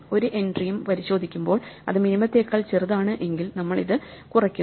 ഒരു എൻട്രിയും പരിശോധിക്കുമ്പോൾ അത് മിനിമത്തേക്കാൾ ചെറുതാണ് എങ്കിൽ നമ്മൾ ഇത് കുറക്കുന്നു